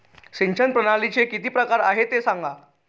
सिंचन प्रणालीचे किती प्रकार आहे ते सांगा